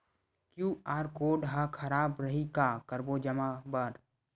QR code हा खराब रही का करबो जमा बर?